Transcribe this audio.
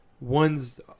One's